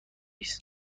است